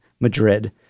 madrid